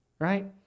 right